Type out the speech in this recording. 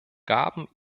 gaben